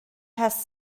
has